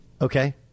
Okay